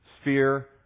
sphere